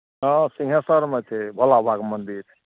हँ सिँहेश्वरमे छै भोला बाबाके मन्दिर